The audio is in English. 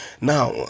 Now